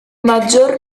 maggior